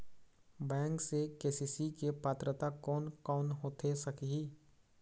Bank से KCC के पात्रता कोन कौन होथे सकही?